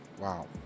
Wow